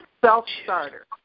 Self-starter